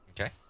Okay